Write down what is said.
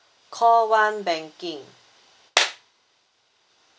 call one banking